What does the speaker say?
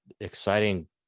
exciting